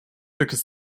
because